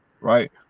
right